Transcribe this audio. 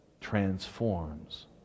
transforms